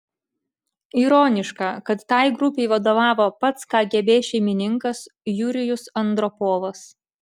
ironiška kad tai grupei vadovavo pats kgb šeimininkas jurijus andropovas